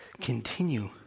continue